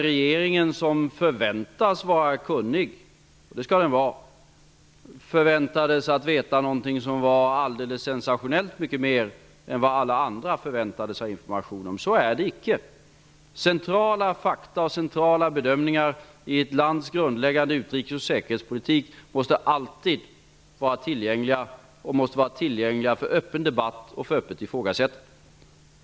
Regeringen som förväntades vara kunnig -- det skall den vara -- förväntades veta sensationellt mycket mera än vad alla andra förväntade sig information om. Så är det icke. Centrala fakta och centrala bedömningar i ett lands grundläggande utrikes och säkerhetspolitik måste alltid vara tillgängliga -- tillgängliga för öppen debatt och för öppet ifrågasättande.